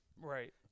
Right